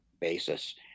basis